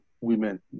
women